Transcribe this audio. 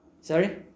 Sorry